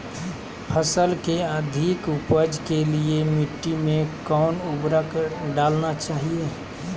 फसल के अधिक उपज के लिए मिट्टी मे कौन उर्वरक डलना चाइए?